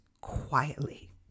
quietly